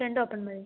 front open മതി